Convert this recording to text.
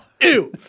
Ew